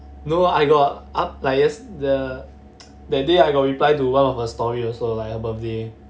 no I got up like yes~ the that day I got reply to one of her story also like a birthday